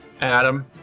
Adam